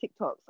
TikToks